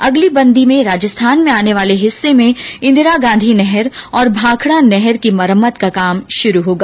अगली बंदी में राजस्थान में आने वाले हिस्से में इंदिरागांधी नहर और भाखडा नहर की मरम्मत का काम शुरू होगा